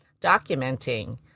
documenting